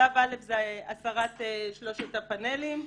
שלב א' זה הסרת שלושת הפאנלים,